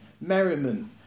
merriment